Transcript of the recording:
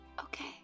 okay